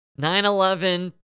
9-11